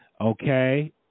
okay